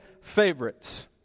favorites